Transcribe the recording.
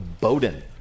Bowden